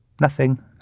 Nothing